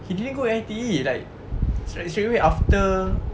he didn't go I_T_E like straightaway after